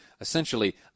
essentially